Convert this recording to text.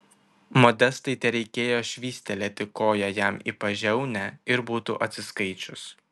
modestai tereikėjo švystelėti koja jam į pažiaunę ir būtų atsiskaičius